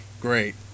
Great